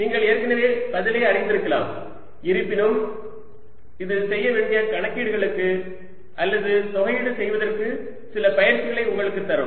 நீங்கள் ஏற்கனவே பதிலை அறிந்திருக்கலாம் இருப்பினும் இது செய்ய வேண்டிய கணக்கீடுகளுக்கு அல்லது தொகையீடு செய்வதற்கு சில பயிற்சிகளைத் உங்களுக்கு தரும்